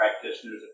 practitioners